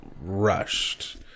rushed